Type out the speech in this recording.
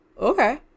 okay